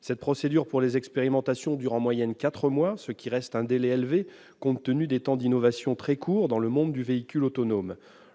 Cette procédure d'autorisation des expérimentations dure en moyenne quatre mois, ce qui reste un délai important au regard des temps d'innovation très courts dans le monde du véhicule autonome.